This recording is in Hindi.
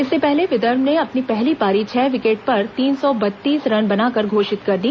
इससे पहले विदर्भ ने अपनी पहली पारी छह विकेट पर तीन सौ बत्तीस रन बनाकर घोषित कर दी